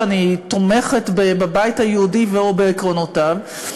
שאני תומכת בבית היהודי ו/או בעקרונותיו.